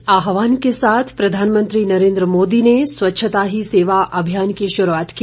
इस आहवान के साथ प्रधानमंत्री नरेन्द्र मोदी ने स्वच्छता ही सेवा अभियान की शुरूआत की